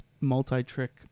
multi-trick